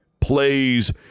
plays